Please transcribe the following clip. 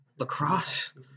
Lacrosse